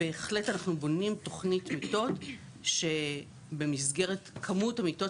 בהחלט אנחנו בונים תוכנית מיטות לכמות המיטות